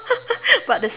but it's